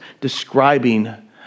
describing